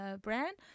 brand